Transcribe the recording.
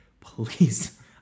please